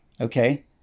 Okay